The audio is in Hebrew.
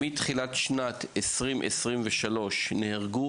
מתחילת שנת 2023 נהרגו